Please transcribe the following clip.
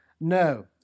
No